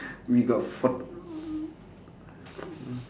we got fort~